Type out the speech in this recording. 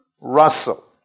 Russell